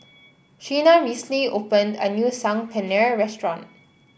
Sheena recently opened a new Saag Paneer Restaurant